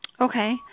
Okay